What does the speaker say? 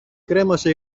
κρέμασε